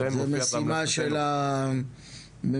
זאת המשימה של הממשלה.